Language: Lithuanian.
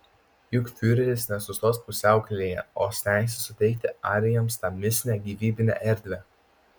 juk fiureris nesustos pusiaukelėje o stengsis suteikti arijams tą mistinę gyvybinę erdvę